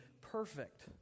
perfect